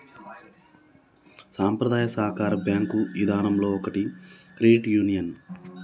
సంప్రదాయ సాకార బేంకు ఇదానంలో ఒకటి క్రెడిట్ యూనియన్